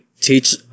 teach